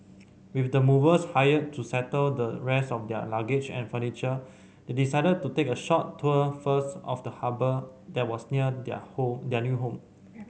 with the movers hired to settle the rest of their luggage and furniture they decided to take a short tour first of the harbour that was near their home their new home